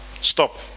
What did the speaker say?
stop